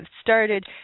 started